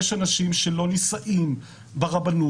יש אנשים שלא נישאים ברבנות,